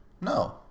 No